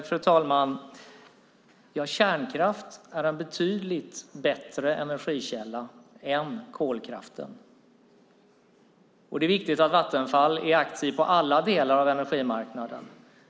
Fru talman! Kärnkraft är en betydligt bättre energikälla än kolkraft. Det är viktigt att Vattenfall är aktivt i alla delar av energimarknaden.